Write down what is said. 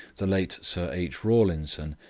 the late sir h. rawlinson,